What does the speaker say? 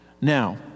Now